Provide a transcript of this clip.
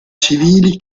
civili